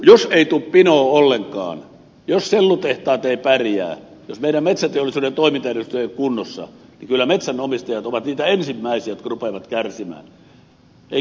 jos ei tule pinoa ollenkaan jos sellutehtaat eivät pärjää jos meidän metsäteollisuutemme toimintaedellytykset eivät ole kunnossa niin kyllä metsänomistajat ovat niitä ensimmäisiä jotka rupeavat kärsimään